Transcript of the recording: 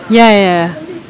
ya ya ya